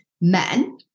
men